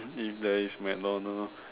if there is MacDonald